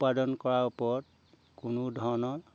উৎপাদন কৰাৰ ওপৰত কোনো ধৰণৰ